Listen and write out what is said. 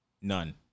None